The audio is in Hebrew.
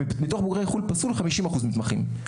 מתוך בוגרי חו"ל פסול - 48% - 50% מתמחים.